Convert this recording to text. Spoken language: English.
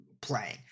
playing